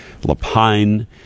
Lapine